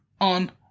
on